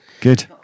Good